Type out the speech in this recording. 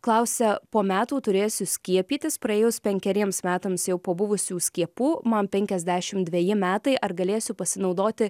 klausia po metų turėsiu skiepytis praėjus penkeriems metams jau po buvusių skiepų man penkiasdešim dveji metai ar galėsiu pasinaudoti